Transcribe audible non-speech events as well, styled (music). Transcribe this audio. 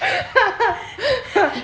(laughs)